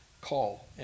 call